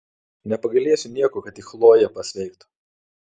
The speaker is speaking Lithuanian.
nepagailėsiu nieko kad tik chlojė pasveiktų